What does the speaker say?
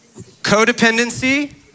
Codependency